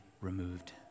removed